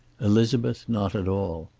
elizabeth not at all.